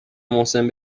محسن